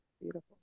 beautiful